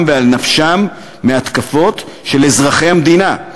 ועל נפשם מהתקפות של אזרחי המדינה,